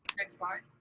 and next slide.